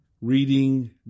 reading